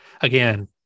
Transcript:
Again